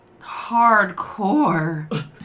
Hardcore